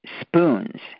spoons